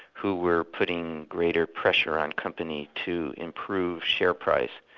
who were putting greater pressure on companies to improve share price,